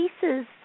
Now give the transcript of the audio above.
pieces